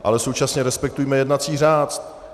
Ale současně respektujme jednací řád.